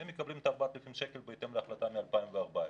הם מקבלים 4,000 שקל בהתאם להחלטה מ-2014.